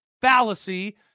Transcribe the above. fallacy